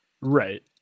Right